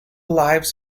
lives